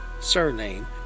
surname